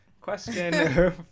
question